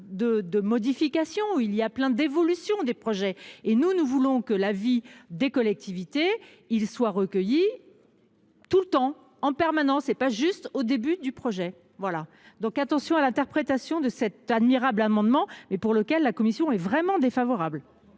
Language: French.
de modifications, il y a plein d'évolution des projets et nous, nous voulons que la vie des collectivités ils soient recueillies. Tout le temps en permanence c'est pas juste au début du projet. Voilà donc, attention à l'interprétation de cet admirable amendement mais pour lequel la commission est vraiment défavorable.